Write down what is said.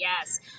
Yes